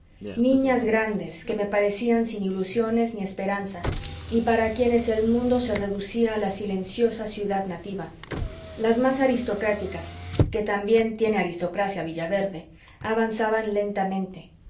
niñas grandes que me parecían sin ilusiones ni esperanza y para quienes el mundo se reducía a la silenciosa ciudad nativa las mas aristocráticas que también tiene aristocracia villaverde avanzaban lentamente